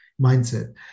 mindset